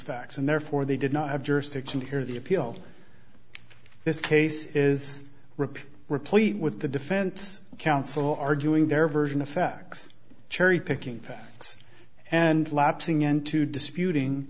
facts and therefore they did not have jurisdiction to hear the appeal this case is repeated replete with the defense counsel arguing their version of facts cherry picking facts and lapsing into disputing